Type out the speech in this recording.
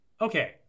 Okay